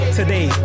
today